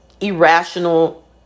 irrational